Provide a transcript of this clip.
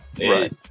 Right